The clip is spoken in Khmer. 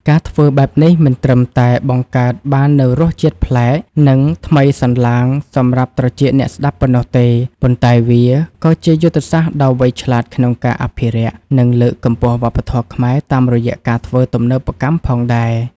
ការធ្វើបែបនេះមិនត្រឹមតែបង្កើតបាននូវរសជាតិប្លែក និងថ្មីសន្លាងសម្រាប់ត្រចៀកអ្នកស្តាប់ប៉ុណ្ណោះទេ ប៉ុន្តែវាក៏ជាយុទ្ធសាស្ត្រដ៏វៃឆ្លាតក្នុងការអភិរក្ស និងលើកកម្ពស់វប្បធម៌ខ្មែរតាមរយៈការធ្វើទំនើបកម្មផងដែរ។